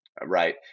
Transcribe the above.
right